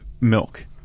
milk